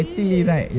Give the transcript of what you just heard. really